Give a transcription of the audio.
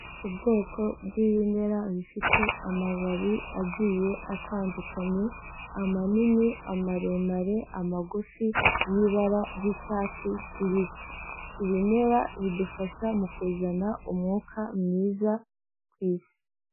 Ubwoko bw'ibimera, bifite amababi agiye atandukanye, amanini, amaremare, amagufi, y'ibara ry'icyatsi kibisi. Ibimera bidufasha mu kuzana umwuka mwiza, ku isi.